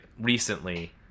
recently